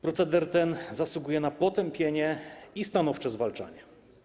Proceder ten zasługuje na potępienie i stanowcze zwalczanie.